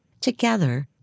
Together